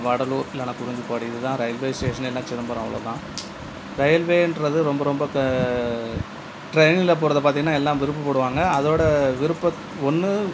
வடலூர் இல்லைனா குறிஞ்சிப்பாடி இது தான் ரயில்வே ஸ்டேஷனே இல்லைனா சிதம்பரம் அவ்வளோதான் ரயில்வேன்றது ரொம்ப ரொம்ப க ட்ரெயினில் போகிறத பார்த்திங்கன்னா எல்லாம் விருப்பப்படுவாங்க அதோடய விருப்பத் ஒன்று